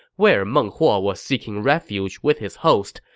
where meng huo was seeking refuge with his host,